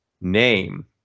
name